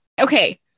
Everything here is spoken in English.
Okay